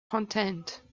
content